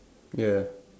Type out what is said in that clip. ya